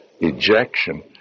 ejection